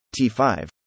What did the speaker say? T5